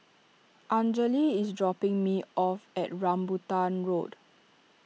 Anjali is dropping me off at Rambutan Road